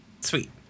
Sweet